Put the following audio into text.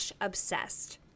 obsessed